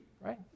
right